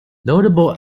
notable